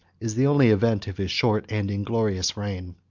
is the only event of his short and inglorious reign.